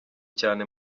cyane